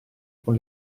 con